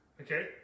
Okay